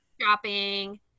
shopping